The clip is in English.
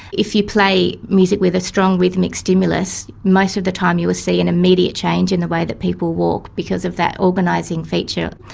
if you play music with a strong rhythmic stimulus, most of the time you will see an immediate change in the way that people walk because of that organising feature.